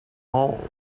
all